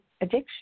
addiction